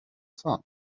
sun